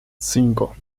cinco